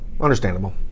understandable